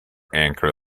anchor